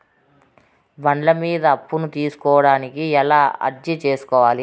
బండ్ల మీద అప్పును తీసుకోడానికి ఎలా అర్జీ సేసుకోవాలి?